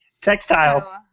Textiles